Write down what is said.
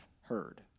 heard